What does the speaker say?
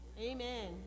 Amen